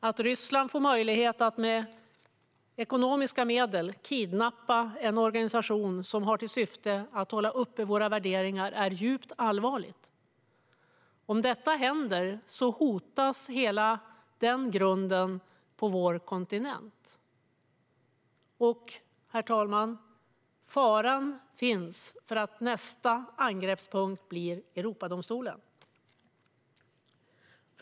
Att Ryssland får möjlighet att med ekonomiska medel kidnappa en organisation som har till syfte att upprätthålla våra värderingar är djupt allvarligt. Om detta händer hotas hela denna grund på vår kontinent. Herr talman! Fara finns att nästa angreppspunkt blir Europadomstolen.